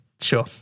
Sure